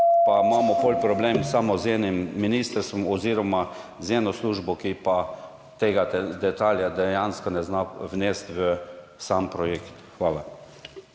pa imamo problem samo z enim ministrstvom oziroma z eno službo, ki tega detajla dejansko ne zna vnesti v sam projekt. Hvala.